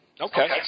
okay